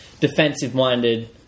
defensive-minded